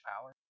power